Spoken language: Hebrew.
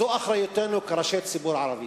זו אחריותנו כראשי הציבור הערבי,